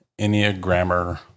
Enneagrammer